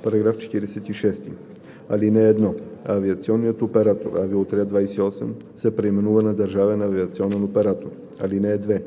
§ 46: „§ 46. (1) Авиационният оператор – Авиоотряд 28, се преименува на Държавен авиационен оператор. (2)